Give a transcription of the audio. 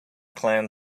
clan